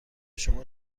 شما